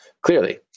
clearly